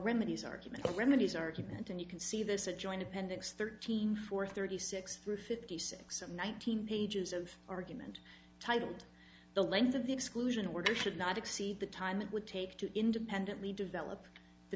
remedies argument remedies argument and you can see this a joint appendix thirteen for thirty six through fifty six of one thousand pages of argument titled the length of the exclusion order should not exceed the time it would take to independently develop the